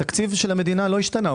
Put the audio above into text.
התקציב של המדינה לא השתנה.